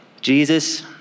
Jesus